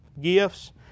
gifts